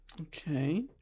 Okay